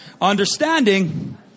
Understanding